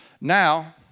Now